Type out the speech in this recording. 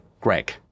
greg